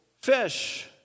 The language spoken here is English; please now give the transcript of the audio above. Fish